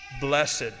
blessed